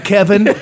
Kevin